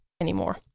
anymore